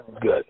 good